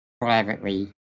privately